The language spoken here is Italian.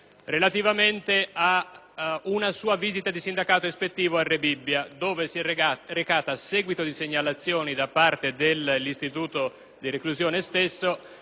relativamente ad una sua visita di sindacato ispettivo a Rebibbia, dove si è recata a seguito di segnalazioni da parte dell'istituto di reclusione stesso